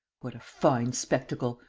what a fine spectacle!